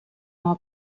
more